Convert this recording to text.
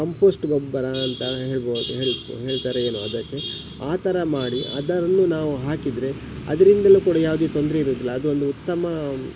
compost ಗೊಬ್ಬರ ಅಂತ ಹೇಳ್ಬೋದು ಹೇಳಿ ಹೇಳ್ತಾರೆ ಏನೋ ಅದಕ್ಕೆ ಆ ಥರ ಮಾಡಿ ಅದರನ್ನು ನಾವು ಹಾಕಿದರೆ ಅದ್ರಿಂದಲೂ ಕೂಡ ಯಾವುದೇ ತೊಂದರೆ ಇರುವುದಿಲ್ಲ ಅದೊಂದು ಉತ್ತಮ